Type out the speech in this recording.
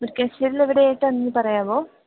മുരിക്കാശ്ശേരിലെവിടെയായിട്ടാണെന്ന് പറയാമോ